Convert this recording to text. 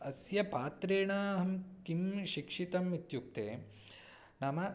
अस्य पात्रेण अहं किं शिक्षितम् इत्युक्ते नाम